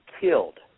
killed